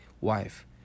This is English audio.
wife